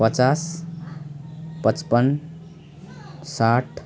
पचास पचपन्न साठी